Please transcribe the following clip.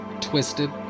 twisted